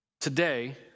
today